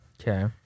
Okay